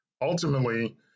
Ultimately